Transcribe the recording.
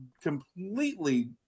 completely